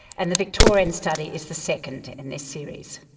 and the victorian study is the second in this series.